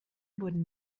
wurden